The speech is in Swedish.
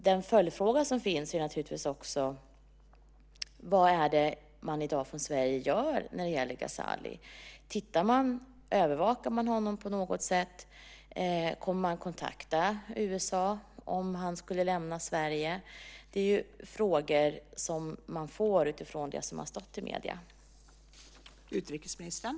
Den följdfråga som man kan ställa är naturligtvis: Vad gör man i dag i Sverige när det gäller Ghezali? Övervakar man honom på något sätt? Kommer man att kontakta USA om han skulle lämna Sverige? Det är frågor som man kan ställa utifrån det som har stått i medierna.